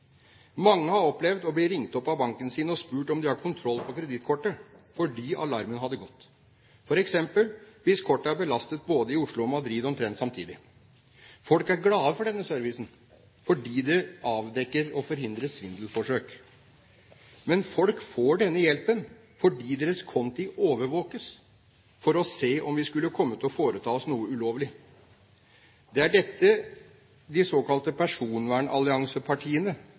Mange har opplevd å bli ringt opp av banken sin og spurt om de har kontroll på kredittkortet fordi alarmen hadde gått – hvis f.eks. kortet er belastet både i Oslo og i Madrid på samme tid. Folk er glad for denne servicen fordi det avdekker og forhindrer svindelforsøk. Men folk får denne hjelpen fordi deres konti overvåkes for å se om vi skulle komme til å foreta oss noe ulovlig. Det er dette de såkalte personvernalliansepartiene